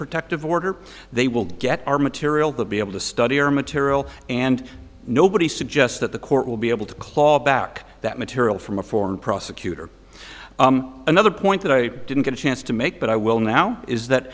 protective order they will get our material the be able to study or material and nobody suggests that the court will be able to claw back that material from a former prosecutor another point that i didn't get a chance to make but i will now is that